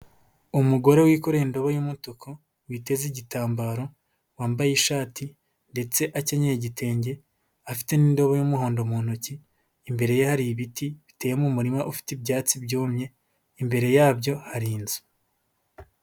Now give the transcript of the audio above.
Umugore wikoreye indobo y'umutuku, witeze igitambaro wambaye ishati ndetse akenyeye igitenge afite n'indobo y'umuhondo mu ntoki, imbere ye hari ibiti biteye mu murima ufite ibyatsi byumye, imbere yabyo hari inzu.